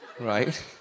right